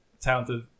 talented